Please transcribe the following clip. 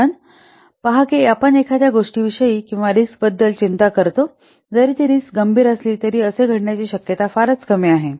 कारण पहा की आपण एखाद्या गोष्टीविषयी किंवा काही रिस्कबद्दल चिंता करतो जरी ती रिस्क गंभीर असली तरी असे घडण्याची शक्यता फारच कमी आहे